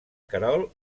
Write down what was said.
querol